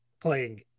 playing